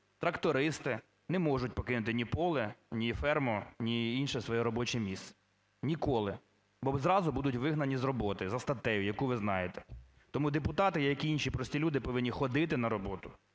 трактористи не можуть покинути ні поле, ні ферму, ні інше своє робоче місце, ніколи. Бо зразу будуть вигнані з роботи за статтею, яку ви знаєте. Тому депутати, як і інші прості люди, повинні ходити на роботу